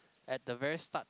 at the very start